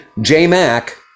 J-Mac